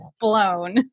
blown